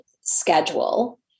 schedule